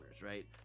right